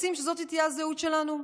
רוצים שזאת תהיה הזהות שלנו,